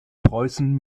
preußen